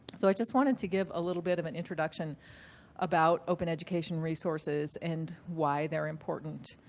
so i just wanted to give a little bit of an introduction about open education resources and why they're important.